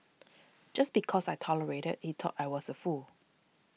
just because I tolerated he thought I was a fool